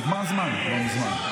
נגמר הזמן כבר מזמן.